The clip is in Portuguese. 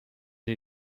lhe